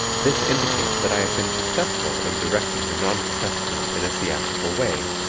this indicates that i have been successful in directing the non-professional in a theatrical way,